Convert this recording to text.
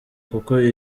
kuko